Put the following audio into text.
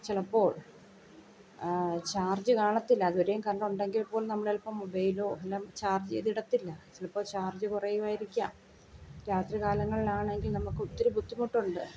ചിലപ്പോൾ ചാർജ് കാണത്തില്ല അത് വരേം കറൻറ്റൊണ്ടെങ്കിൽ പോലും നമ്മളൽപ്പം മൊബൈലോയെല്ലാം ചാർജ് ചെയ്തിടത്തില്ല ചിലപ്പോൾ ചാർജ് കുറയുമായിരിക്കാം രാത്രി കാലങ്ങളിലാണെങ്കിൽ നമുക്കൊത്തിരി ബുദ്ധിമുട്ടുണ്ട്